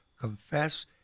confess